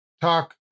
talk